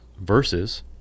versus